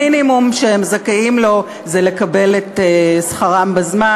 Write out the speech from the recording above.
המינימום שהם זכאים לו זה לקבל את שכרם בזמן.